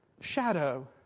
Shadow